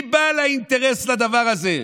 מי בעל האינטרס לדבר הזה?